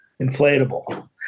inflatable